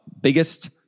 biggest